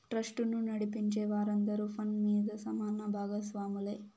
ట్రస్టును నడిపించే వారందరూ ఫండ్ మీద సమాన బాగస్వాములే